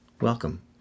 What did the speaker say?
welcome